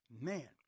Man